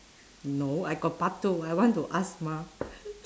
no I got part two I want to ask mah